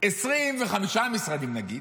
25 משרדים נגיד,